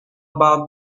about